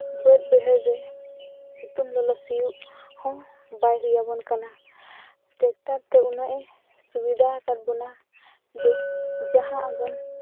ᱵᱟᱹᱫᱽ ᱵᱟᱹᱭᱦᱟᱹᱲ ᱨᱮ ᱥᱤᱛᱩᱝ ᱞᱚᱞᱚ ᱥᱤᱭᱳᱜ ᱦᱚᱸ ᱵᱟᱭ ᱦᱩᱭᱟᱵᱚ ᱠᱟᱱᱟ ᱴᱮᱠᱴᱟᱨ ᱛᱮ ᱩᱱᱟᱹᱜᱼᱮ ᱥᱩᱵᱤᱫᱟ ᱦᱟᱠᱟᱜ ᱵᱚᱱᱟ ᱡᱮ ᱡᱟᱦᱟᱸ ᱟᱵᱚᱱ